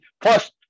First